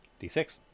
D6